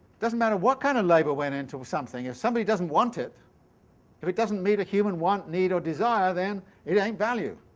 doesn't matter what kind of labour went into something, if somebody doesn't want it if it doesn't meet a human want, need or desire, then it ain't value